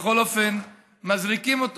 בכל אופן, מזריקים.